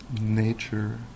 nature